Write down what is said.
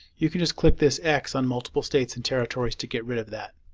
you can just click this x on multiple states and territories to get rid of that.